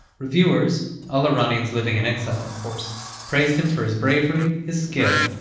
reviewers all iranians living in exile, of course praised him for his bravery, his skill,